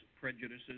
prejudices